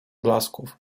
blasków